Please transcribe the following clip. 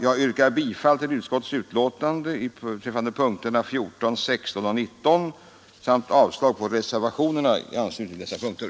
Jag ber att få yrka bifall till utskottets betänkande under punkterna 14, 16 och 19 samt avslag på reservationerna i anslutning till dessa punkter.